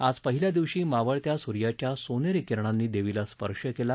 आज पहिल्या दिवशी मावळत्या सूर्याच्या सोनेरी किरणांनी देवीला चरणस्पर्श केला